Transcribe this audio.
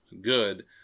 good